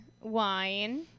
wine